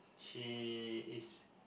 she is